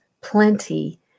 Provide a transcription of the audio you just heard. plenty